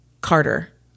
Carter